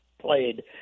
played